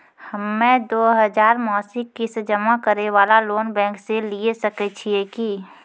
हम्मय दो हजार मासिक किस्त जमा करे वाला लोन बैंक से लिये सकय छियै की?